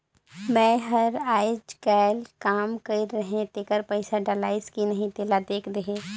मै हर अईचकायल काम कइर रहें तेकर पइसा डलाईस कि नहीं तेला देख देहे?